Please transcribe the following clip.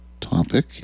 topic